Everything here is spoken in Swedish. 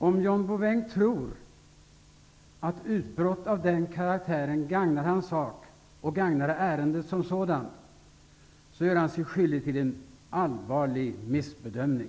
Om han tror att utbrott av den karaktären gagnar hans sak och gagnar ärendet som sådant, gör han sig skyldig till en allvarlig missbedömning.